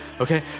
Okay